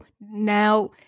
now